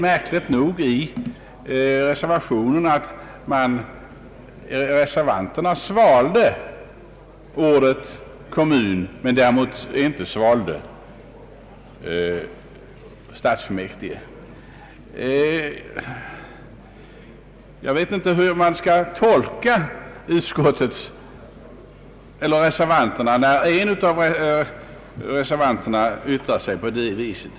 Märkligt nog menade han att reservanterna svalde beteckningen kommun men däremot inte beteckningen kommunfullmäktige. Jag vet inte hur man skall tolka reservationen, när en av reservanterna yttrar sig på det viset.